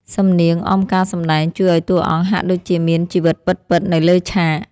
សំនៀងអមការសម្ដែងជួយឱ្យតួអង្គហាក់ដូចជាមានជីវិតពិតៗនៅលើឆាក។